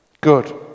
Good